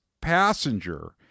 passenger